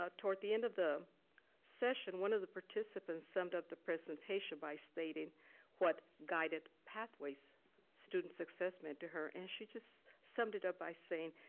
ah towards the end of the session one of the participants summed up the presentation by stating what guided pathways student success meant to her. and she just summed it up by saying,